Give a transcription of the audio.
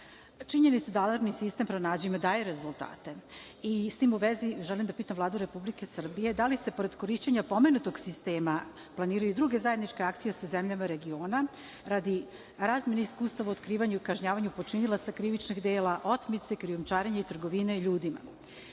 je da alarmni sistem „Pronađi me“ daje rezultate i s tim u vezi želim da pitam Vladu Republike Srbije da li se pored korišćenja pomenutog sistema planiraju druge zajedničke akcije sa zemljama regiona radi razmene iskustava u otkrivanju i kažnjavanju počinilaca krivičnog dela, otmice, krijumčarenja i trgovine ljudima,